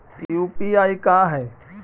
UPI का है?